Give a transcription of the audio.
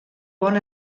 bon